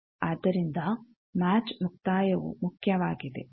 ಆದ್ದರಿಂದ ಮ್ಯಾಚ್ ಮುಕ್ತಾಯವು ಮುಖ್ಯವಾಗಿದೆ